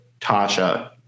Tasha